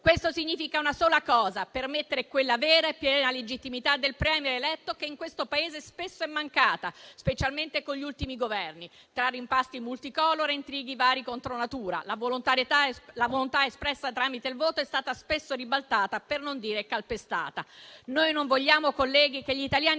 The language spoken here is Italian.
Questo significa una sola cosa: permettere quella vera e piena legittimità del *Premier* eletto che in questo Paese spesso è mancata, specialmente con gli ultimi Governi: tra rimpasti *multicolor* e intrighi vari contronatura, la volontà espressa tramite il voto è stata spesso ribaltata, per non dire calpestata. Noi non vogliamo, colleghi, che gli italiani